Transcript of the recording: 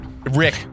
Rick